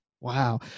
Wow